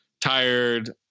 tired